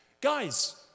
Guys